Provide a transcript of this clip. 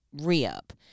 re-up